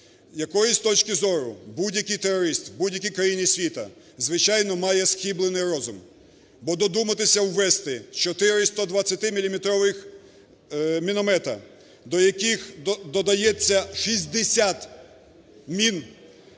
якої, з точки зору, будь-який терорист в будь-якій країні світу, звичайно, має схиблений розум, бо думатися ввезти чотири 120-міліметрових міномета, до яких додається 60 мін